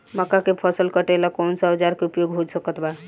मक्का के फसल कटेला कौन सा औजार के उपयोग हो सकत बा?